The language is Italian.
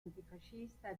antifascista